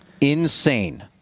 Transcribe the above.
insane